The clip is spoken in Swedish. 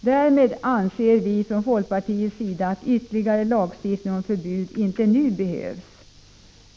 Därmed anser vi från folkpartiets sida att ytterligare lagstiftning om förbud inte nu behövs.